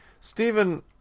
Stephen